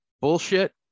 bullshit